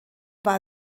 war